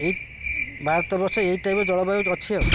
ଏଇ ଭାରତ ବର୍ଷ ଏଇ ଟାଇପ୍ର ଜଳବାୟୁ ଅଛି ଆଉ